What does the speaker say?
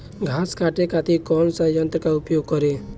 घास काटे खातिर कौन सा यंत्र का उपयोग करें?